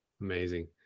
amazing